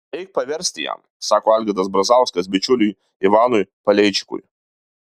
eik paversti jam sako algirdas brazauskas bičiuliui ivanui paleičikui